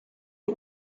are